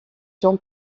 jean